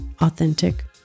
authentic